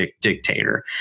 dictator